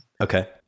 Okay